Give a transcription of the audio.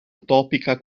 utopica